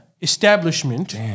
establishment